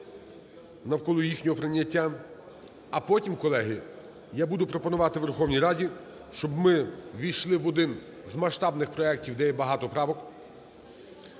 навколо їхнього прийняття. А потім, колеги, я буду пропонувати Верховній Раді, щоб ми увійшли в один з масштабних проектів, де є багато правок.